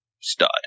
stud